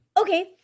okay